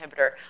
inhibitor